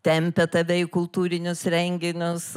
tempia tave į kultūrinius renginius